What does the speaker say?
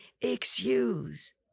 excuse